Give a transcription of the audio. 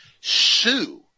sue